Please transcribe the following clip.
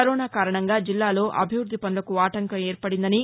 corona కారణంగా జిల్లాలో అభివృద్ధి పనులకు ఆటంకం ఏర్పడిందని